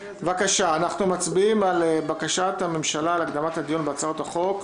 אנחנו מצביעים על בקשת הממשלה להקדמת הדיון בהצעת החוק.